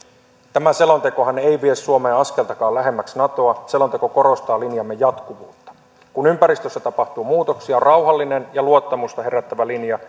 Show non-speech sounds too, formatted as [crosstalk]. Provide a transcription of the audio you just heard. tämä selontekohan ei vie suomea askeltakaan lähemmäksi natoa selonteko korostaa linjamme jatkuvuutta kun ympäristössä tapahtuu muutoksia rauhallinen ja luottamusta herättävä linja [unintelligible]